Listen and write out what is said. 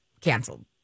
canceled